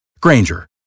Granger